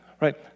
right